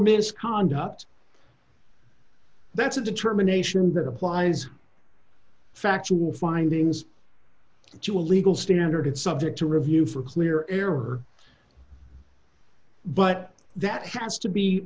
misconduct that's a determination that applies factual findings to a legal standard it's subject to review for clear error but that has to be